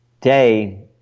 day